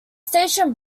station